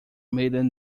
million